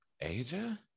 Asia